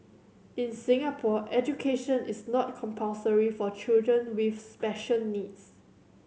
in Singapore education is not compulsory for children with special needs